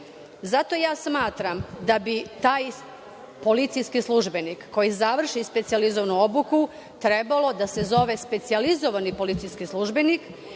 mera. Zato ja smatram da bi taj policijski službenik, koji završi specijalizovanu obuku, trebalo da se zove – specijalizovani policijski službenik,